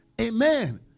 Amen